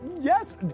Yes